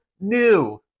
New